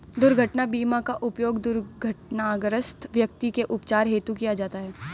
दुर्घटना बीमा का उपयोग दुर्घटनाग्रस्त व्यक्ति के उपचार हेतु किया जाता है